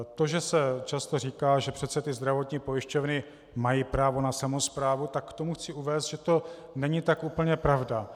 To, že se často říká, že přece ty zdravotní pojišťovny mají právo na samosprávu, k tomu chci uvést, že to není tak úplně pravda.